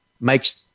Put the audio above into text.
makes